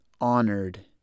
honored